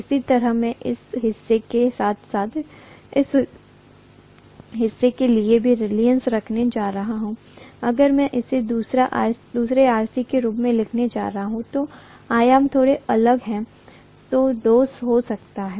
इसी तरह मैं इस हिस्से के साथ साथ उस हिस्से के लिए भी रीलक्टन्स रखने जा रहा हूं अगर मैं इसे दूसरे RC के रूप में लिखने जा रहा हूँ तो आयाम थोड़े अलग हैं तो डैश हो सकता है